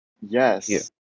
yes